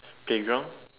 K go on